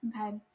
Okay